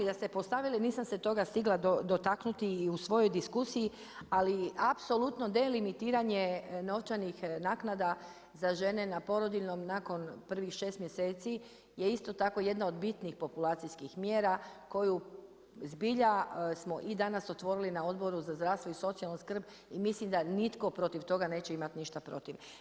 Pa drago mi je da ste postavili, nisam se toga stigla dotaknuti i u svojoj diskusiji, ali apsolutno delimitiranje novčanih naknada za žene na porodiljnom nakon prvih 6 mjeseci je isto tako jedna od bitnijih populacijskim mjera koju zbilja smo i danas otvorili na Odboru za zdravstvo i socijalnu skrb, i mislim da nitko protiv toga neće imati ništa protiv.